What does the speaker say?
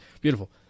Beautiful